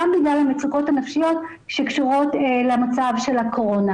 גם בגלל המצוקות הנפשיות שקשורות למצב של הקורונה.